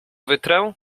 wytrę